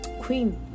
queen